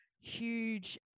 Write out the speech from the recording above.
huge